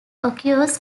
occurs